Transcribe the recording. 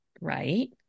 Right